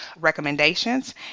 recommendations